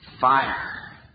fire